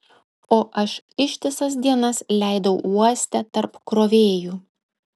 o aš ištisas dienas leidau uoste tarp krovėjų